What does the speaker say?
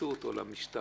הפרקליטות או אל המשטרה